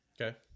Okay